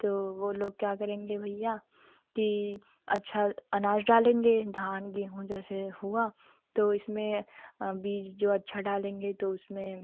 तो वह लोग क्या करेंगे भईया कि अच्छा अनाज डालेंगे धान गेहूँ जैसे हुआ तो इसमें बीज जो अच्छा डालेंगे तो उसमें